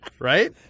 right